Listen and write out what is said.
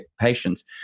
patients